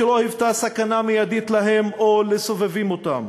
שלא היוותה סכנה מיידית להם או לסובבים אותם?